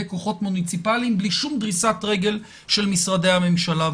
כוחות מוניציפאליים בלי שום דריסת רגל של משרדי הממשלה.